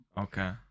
Okay